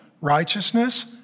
righteousness